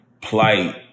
plight